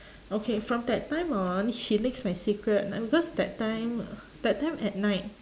okay from that time on she leaks my secret ah because that time that time at night